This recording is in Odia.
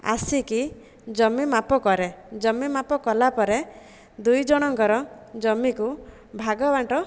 ଆସିକି ଜମି ମାପ କରେ ଜମି ମାପ କଲା ପରେ ଦୁଇଜଣଙ୍କର ଜମିକୁ ଭାଗବଣ୍ଟା